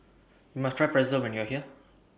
YOU must Try Pretzel when YOU Are here